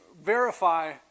verify